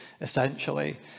essentially